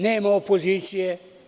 Nema opozicije.